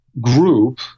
group